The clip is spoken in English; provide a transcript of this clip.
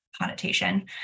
connotation